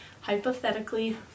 hypothetically